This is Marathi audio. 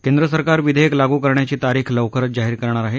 केंद्र सरकार विधेयक लागू करण्याची तारीख लवकरच जारी करणार आहे